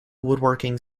woodworking